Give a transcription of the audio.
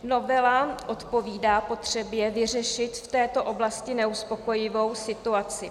Novela odpovídá potřebě vyřešit v této oblasti neuspokojivou situaci.